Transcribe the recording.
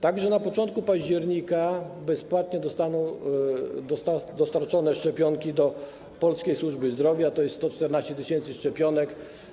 Tak że na początku października bezpłatnie zostaną dostarczone szczepionki do polskiej służby zdrowia, to jest 114 tys. szczepionek.